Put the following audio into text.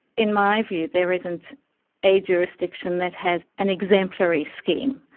in my view, there isn't a jurisdiction that has an exemplary scheme.